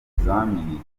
bizamini